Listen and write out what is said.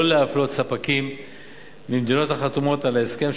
להפלות ספקים ממדינות החתומות על ההסכם,